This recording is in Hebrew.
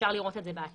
אפשר לראות את זה באתר,